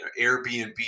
airbnb